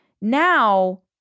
Now